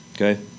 okay